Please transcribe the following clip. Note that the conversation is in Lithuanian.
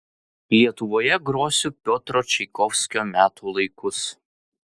lietuvoje grosiu piotro čaikovskio metų laikus